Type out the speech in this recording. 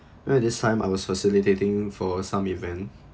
where this time I was facilitating for some event